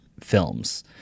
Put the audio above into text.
films